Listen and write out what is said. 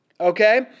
okay